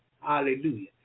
Hallelujah